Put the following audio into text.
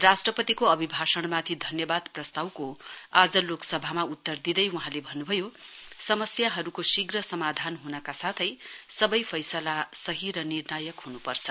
राष्ट्रपतिको अभिभाषणमाथि धन्यवाद प्रस्तुतमा आज लोकसभामा उत्तर दिँदै वहाँले भन्नुभयो समस्याहरूको शीघ्र समाधान हुनका साथै सबै फैसला सही र निर्णायक हुनुपर्छ